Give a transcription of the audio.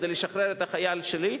כדי לשחרר את החייל שלי,